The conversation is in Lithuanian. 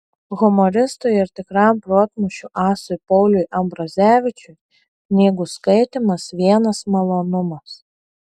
humoristui ir tikram protmūšių asui pauliui ambrazevičiui knygų skaitymas vienas malonumas